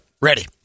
Ready